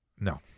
No